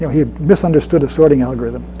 you know he had misunderstood a sorting algorithm.